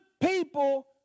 people